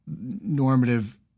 normative